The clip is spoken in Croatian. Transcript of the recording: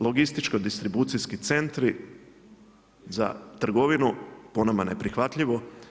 Logističko-distribucijski centri za trgovinu po nama neprihvatljivo.